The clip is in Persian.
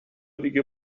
دیگه